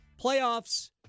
playoffs